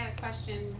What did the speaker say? question